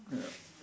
yup